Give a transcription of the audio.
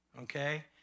Okay